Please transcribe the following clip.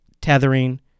tethering